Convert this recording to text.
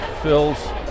Phils